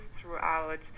throughout